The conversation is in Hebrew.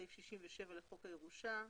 סעיף 67 לחוק הירושה.